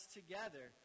together